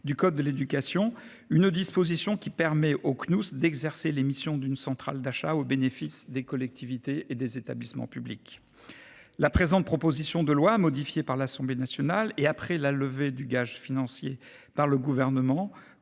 du code de l'éducation. Une disposition qui permet au Cnous d'exercer les missions d'une centrale d'achat au bénéfice des collectivités et des établissement publics. La présente, proposition de loi modifiée par l'Assemblée nationale et après la levée du gage financier par le gouvernement